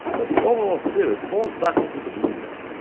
but the overall spirit falls back into the blues,